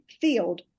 field